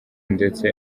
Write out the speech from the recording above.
ndetse